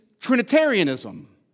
Trinitarianism